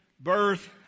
birth